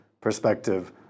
perspective